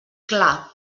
clar